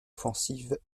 offensive